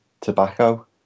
Tobacco